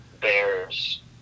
Bears